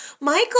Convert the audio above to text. Michael